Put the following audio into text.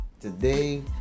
Today